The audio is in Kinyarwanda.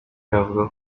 yavuga